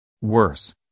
worse